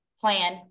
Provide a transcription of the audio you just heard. plan